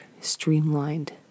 streamlined